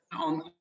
on